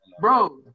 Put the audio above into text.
Bro